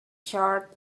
charred